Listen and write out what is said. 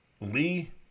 Lee